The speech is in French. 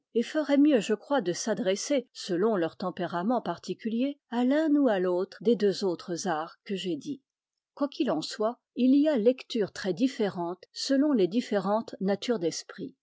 et feraient mieux je crois de s'adresser selon leurs tempéraments particuliers à l'un ou à l'autre des deux autres arts que j'ai dits quoi qu'il en soit il y a lectures très différentes selon les différentes natures d'esprit